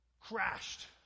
crashed